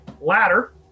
ladder